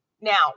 Now